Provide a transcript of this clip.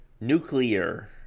Nuclear